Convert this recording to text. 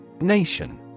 Nation